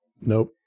Nope